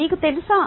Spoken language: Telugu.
మీకు తెలుసా